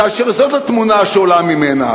כאשר זאת התמונה שעולה מהם,